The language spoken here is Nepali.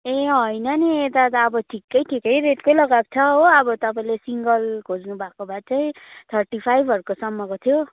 ए होइन नि यता त अब ठिक्कै ठिक्कै रेटकै लगाएको छ हो अब तपाईँले सिङ्गल खोज्नु भएको भए चाहिँ थर्टी फाइभहरूसम्म को थियो